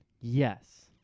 Yes